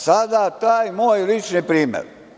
Sada taj moj lični primer.